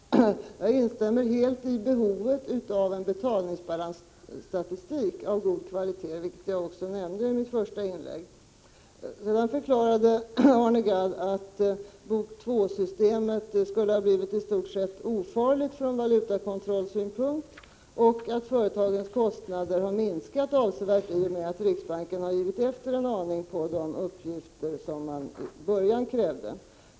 Herr talman! Jag instämmer helt i vad som sades om behovet av en betalningsbalansstatistik av god kvalitet — jag pekade också på det behovet i mitt första inlägg. Arne Gadd förklarade att BOK II-systemet skulle ha blivit i stort sett ofarligt från valutakontrollsynpunkt och att företagens kostnader har minskat avsevärt i och med att riksbanken har givit efter en aning på de krav på uppgifter som man i början hade.